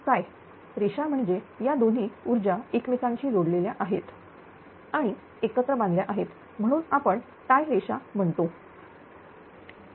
tie रेषा म्हणजे या दोन्ही ऊर्जा एकमेकांशी जोडलेल्या आहेत आणि एकत्र बांधल्या आहेत म्हणून आपण टाय रेषा म्हणतो